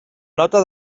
nota